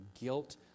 guilt